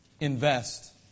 Invest